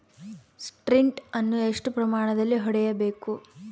Sprint ಅನ್ನು ಎಷ್ಟು ಪ್ರಮಾಣದಲ್ಲಿ ಹೊಡೆಯಬೇಕು?